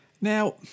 Now